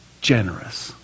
generous